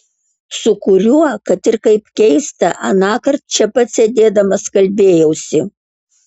su kuriuo kad ir kaip keista anąkart čia pat sėdėdamas kalbėjausi